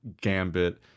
Gambit